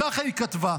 ככה היא כתבה: